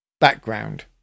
Background